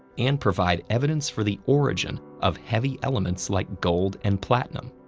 and provide evidence for the origin of heavy elements like gold and platinum.